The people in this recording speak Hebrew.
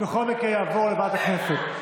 בכל מקרה, זה יעבור לוועדת הכנסת.